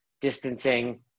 distancing